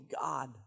God